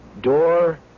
door